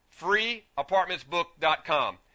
freeapartmentsbook.com